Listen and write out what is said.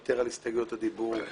לוותר על הסתייגויות הדיבור.